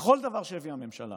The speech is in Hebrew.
בכל דבר שהביאה הממשלה